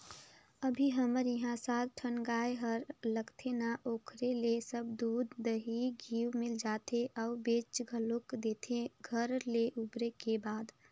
अभी हमर इहां सात ठन गाय हर लगथे ना ओखरे ले सब दूद, दही, घींव मिल जाथे अउ बेंच घलोक देथे घर ले उबरे के बाद